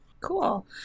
Cool